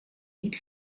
niet